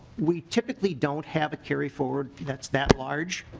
we typically don't have a carryforward that's that large.